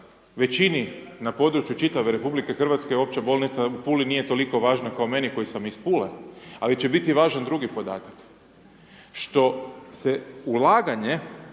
većini na području čitave Republike Hrvatske, Opća bolnica u Puli, nije toliko važna koliko meni koji sam iz Pule, ali će biti važan drugi podatak, što se ulaganje